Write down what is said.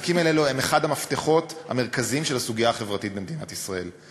העסקים האלה הם אחד המפתחות המרכזיים של הסוגיה החברתית במדינת ישראל.